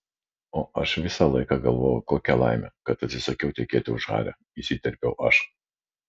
o aš visą laiką galvoju kokia laimė kad atsisakiau tekėti už hario įsiterpiau aš